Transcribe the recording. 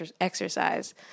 exercise